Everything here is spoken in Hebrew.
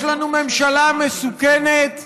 יש לנו ממשלה מסוכנת,